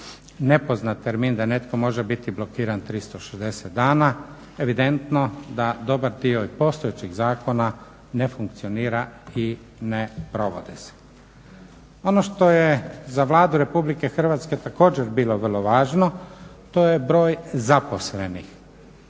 nepoznat termin, da netko može biti blokiran 360 dana. Evidentno da dobar dio i postojećih zakona ne funkcionira i ne provode se. Ono što je za Vladu Republike Hrvatske također bilo vrlo važno, to je broj zaposlenih